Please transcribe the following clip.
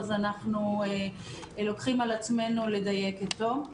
אנחנו לוקחים על עצמנו לדייק אותו.